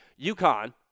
UConn